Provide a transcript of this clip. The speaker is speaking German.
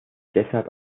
deshalb